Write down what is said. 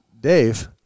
Dave